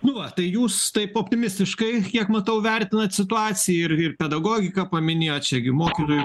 nu va tai jūs taip optimistiškai kiek matau vertinat situaciją ir ir pedagogiką paminėjot čia gi mokytojų